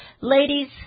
Ladies